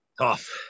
Tough